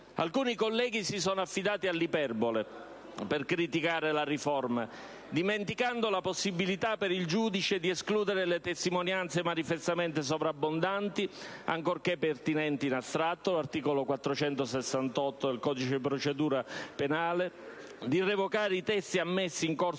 Alcuni colleghi si sono affidati all'iperbole per criticare la riforma, dimenticando la possibilità per il giudice di escludere le testimonianze manifestamente sovrabbondanti, ancorché pertinenti in astratto (articolo 468 del codice di procedura penale), di revocare i testi ammessi in corso